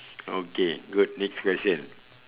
okay good next question